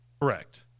correct